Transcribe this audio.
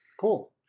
cool